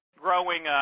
growing